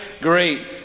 great